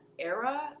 era